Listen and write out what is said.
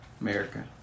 America